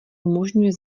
umožňuje